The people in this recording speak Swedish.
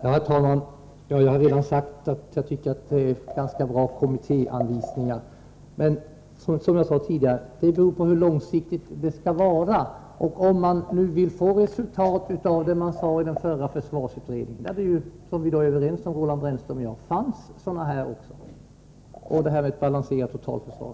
Herr talman! Jag har redan sagt att jag tycker att det är ganska bra kommittéanvisningar. Men på hur lång sikt gäller det? Den förra försvarsutredningen tog ju upp, som Roland Brännström nämnde, frågan om ett balanserat totalförsvar.